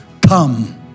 come